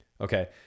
Okay